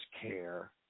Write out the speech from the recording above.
care